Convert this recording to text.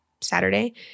saturday